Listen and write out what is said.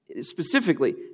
specifically